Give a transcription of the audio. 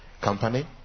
company